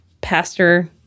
pastor